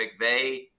McVeigh